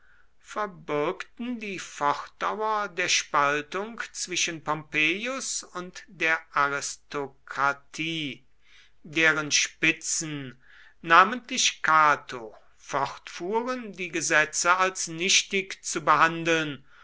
verbürgten die fortdauer der spaltung zwischen pompeius und der aristokratie deren spitzen namentlich cato fortfuhren die gesetze als nichtig zu behandeln